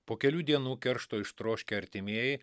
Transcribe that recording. po kelių dienų keršto ištroškę artimieji